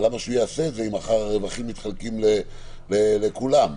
אבל למה שהוא יעשה את זה אם מחר הרווחים מתחלקים בין כולם?